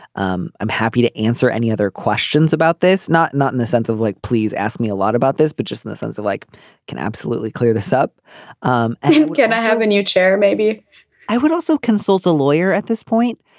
um i'm happy to answer any other questions about this. not not in the sense of like please ask me a lot about this but just in the sense that like can absolutely clear this up um and can i have a new chair maybe i would also consult a lawyer at this point.